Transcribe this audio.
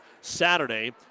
Saturday